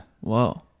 Whoa